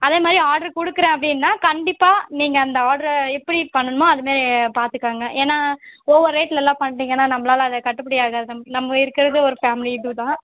அதேமாதிரி ஆட்ரு கொடுக்குறேன் அப்படின்னா கண்டிப்பாக நீங்கள் அந்த ஆட்ரை எப்படி பண்ணணுமோ அதுமாரி பார்த்துக்கோங்க ஏன்னால் ஓவர் ரேட்லெல்லாம் பண்ணிவிட்டீங்கன்னா நம்மளால அதை கட்டுப்படி ஆகாது நம்ம இருக்கிறது ஒரு ஃபேமிலி இதுதான்